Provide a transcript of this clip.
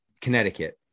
Connecticut